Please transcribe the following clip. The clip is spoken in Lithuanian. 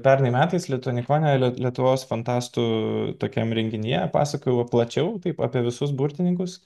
pernai metais lituanikone lietuvos fantastų tokiam renginyje pasakojau plačiau taip apie visus burtininkus